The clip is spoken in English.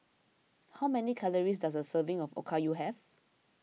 how many calories does a serving of Okayu have